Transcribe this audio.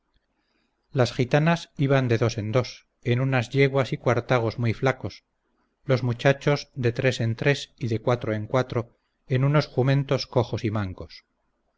las gitanas iban de dos en dos en unas yeguas y cuartagos muy flacos los muchachos de tres en tres y de cuatro en cuatro en unos jumentos cojos y mancos